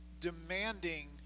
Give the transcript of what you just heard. demanding